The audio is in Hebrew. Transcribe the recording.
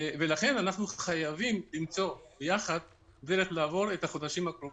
ולכן אנחנו חייבים למצוא ביחד דרך לעבור את החודשים הקרובים.